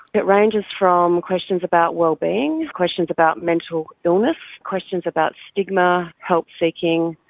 it ranges from questions about wellbeing, questions about mental illness, questions about stigma, help-seeking,